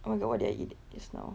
I wonder what did I eat just now